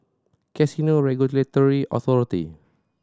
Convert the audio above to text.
Casino Regulatory Authority